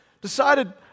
decided